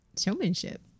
showmanship